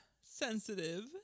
sensitive